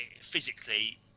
physically